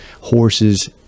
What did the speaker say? horses